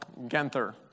Genther